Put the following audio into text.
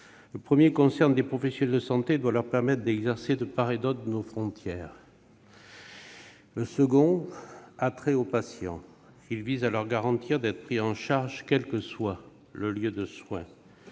Le premier objectif concerne les professionnels de santé : il s'agit de leur permettre d'exercer de part et d'autre de nos frontières. Le second a trait aux patients : il s'agit de leur garantir d'être pris en charge, quel que soit le lieu de soins.